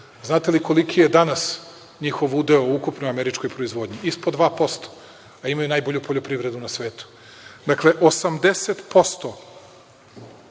Znate li koliki je danas njihov udeo u ukupnoj američkoj proizvodnji? Ispod 2%, a imaju najbolju poljoprivredu na svetu. Dakle, 80%